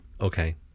okay